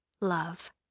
Love